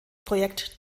projekt